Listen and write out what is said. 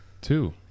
two